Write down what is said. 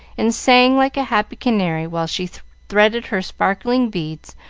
and sang like a happy canary while she threaded her sparkling beads,